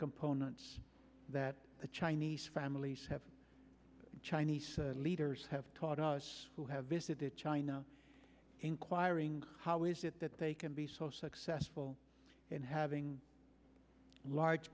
components that a chinese family have chinese leaders have taught us who have visited china inquiring how is it that they can be so successful in having large